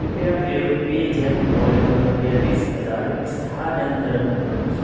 कृपया मेरो पे ज्याप वलेटमा रुपियाँ बिस हजार स्थानान्तरण गर्नुहोस्